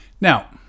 now